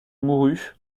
mourut